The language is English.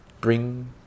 bring